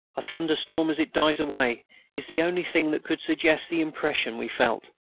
a thunderstorm as it dies away is the only thing that could suggest the impression we felt.